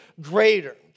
greater